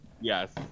Yes